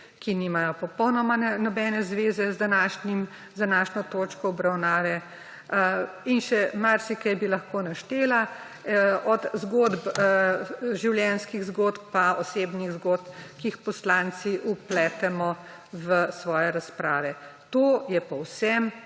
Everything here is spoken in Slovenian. ki nimajo popolnoma nobene zveze z današnjo točko obravnave. In še marsikaj bi lahko naštela od življenjskih zgodb in osebnih zgodb, ki jih poslanci vpletemo v svoje razprave. To je povsem